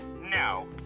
No